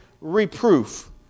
reproof